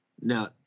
Now